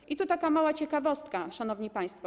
I tu taka mała ciekawostka, szanowni państwo.